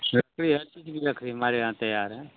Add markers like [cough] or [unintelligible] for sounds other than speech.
लकड़ी है [unintelligible] लकड़ी हमारे यहाँ तैयार है